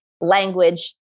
language